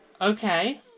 okay